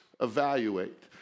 evaluate